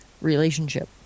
relationship